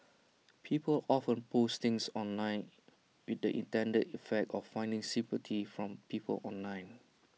people often post things online with the intended effect of finding sympathy from people online